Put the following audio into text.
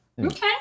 okay